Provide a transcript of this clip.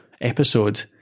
episode